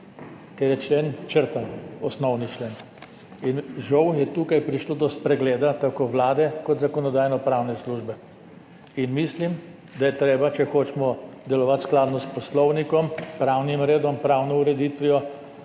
ker je člen črtan, osnovni člen. Žal je tukaj prišlo do spregleda tako Vlade kot Zakonodajno-pravne službe. In mislim, da je treba, če hočemo delovati skladno s poslovnikom, pravnim redom, pravno ureditvijo,